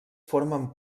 formen